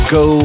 go